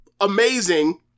amazing